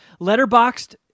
Letterboxed